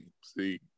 see